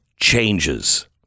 changes